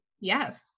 Yes